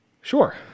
Sure